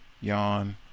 yawn